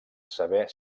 saber